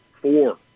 four